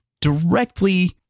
directly